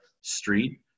street